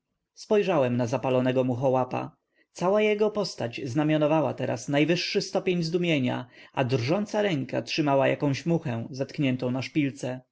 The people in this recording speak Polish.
spojrzałem na zapalonego muchołapa cała jego postać znamionowała teraz najwyższy stopień zdumienia a drżąca ręka trzymała jakąś muchę zatkniętą na szpilce